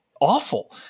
awful